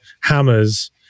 hammers